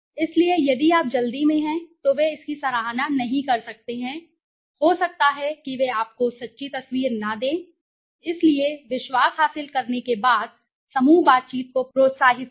इसलिए यदि आप जल्दी में हैं तो वे इसकी सराहना नहीं कर सकते हैं हो सकता है कि वे आपको सच्ची तस्वीर न दें इसलिए विश्वास हासिल करने के बाद समूह बातचीत को प्रोत्साहित करें